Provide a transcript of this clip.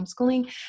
homeschooling